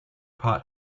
pot